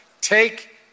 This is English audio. Take